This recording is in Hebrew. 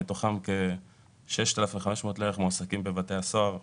מתוכם כ-6,500 מועסקים בבתי הסוהר עצמם,